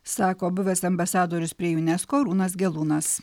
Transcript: sako buvęs ambasadorius prie junesko arūnas gelūnas